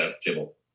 table